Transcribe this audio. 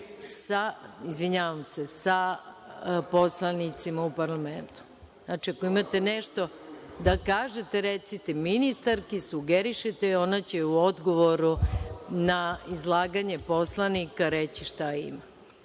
na kakav način sa poslanicima u parlamentu. Ako imate nešto da kažete, recite ministarki, sugerišite joj, ona će u odgovoru na izlaganje poslanika reći šta